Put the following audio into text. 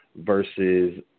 versus